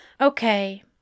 Okay